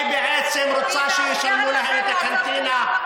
היא בעצם רוצה שישלמו להם על הקנטינה.